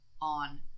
on